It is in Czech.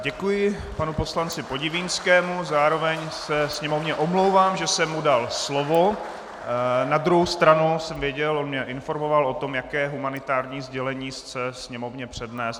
Děkuji panu poslanci Podivínskému, zároveň se Sněmovně omlouvám, že jsem mu dal slovo, na druhou stranu jsem věděl, on mě informoval o tom, jaké humanitární sdělení chce Sněmovně přednést.